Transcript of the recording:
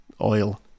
oil